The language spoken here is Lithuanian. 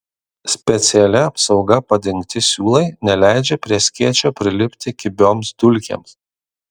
specialia apsauga padengti siūlai neleidžia prie skėčio prilipti kibioms dulkėms